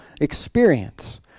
experience